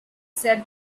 said